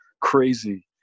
crazy